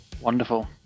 Wonderful